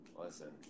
Listen